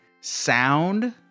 sound